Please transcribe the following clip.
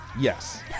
yes